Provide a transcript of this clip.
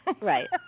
Right